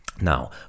Now